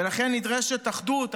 ולכן נדרשת אחדות,